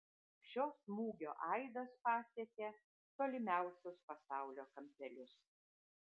šio smūgio aidas pasiekė tolimiausius pasaulio kampelius